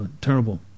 terrible